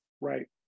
Right